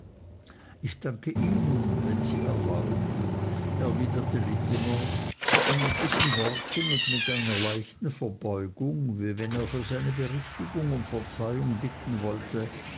ich danke ihnen wenn sie erlauben erwiderte littimer und mit diesen worten und mit einer leichten verbeugung wie wenn er für seine berichtigung um verzeihung bitten wollte